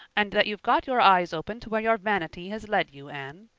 and that you've got your eyes opened to where your vanity has led you, anne.